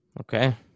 okay